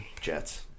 Jets